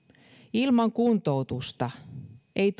ilman kuntoutusta ei